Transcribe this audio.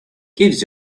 gives